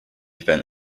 then